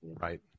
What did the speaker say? right